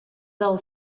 del